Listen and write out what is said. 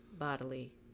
bodily